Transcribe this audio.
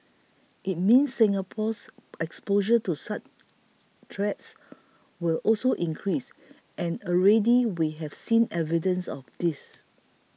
it means Singapore's exposure to such threats will also increase and already we have seen evidence of this